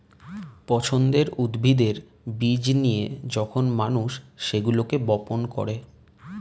পছন্দের উদ্ভিদের বীজ নিয়ে যখন মানুষ সেগুলোকে বপন করে